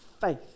Faith